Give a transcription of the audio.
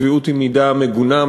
צביעות היא מידה מגונה,